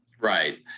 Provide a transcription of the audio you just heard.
Right